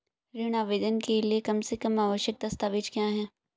ऋण आवेदन के लिए कम से कम आवश्यक दस्तावेज़ क्या हैं?